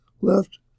left